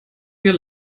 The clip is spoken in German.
wir